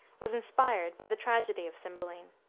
was inspired by the tragedy of cymbeline.